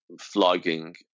flogging